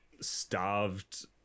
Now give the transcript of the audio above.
starved